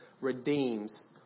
redeems